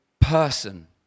person